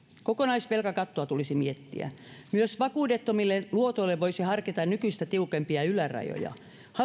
kokonaisvelkakattoa tulisi miettiä myös vakuudettomille luotoille voisi harkita nykyistä tiukempia ylärajoja